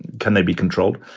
can they be controlled?